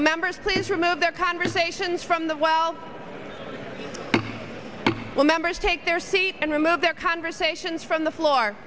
members please remove their conversations from the well let members take their seats and remove their conversations from the floor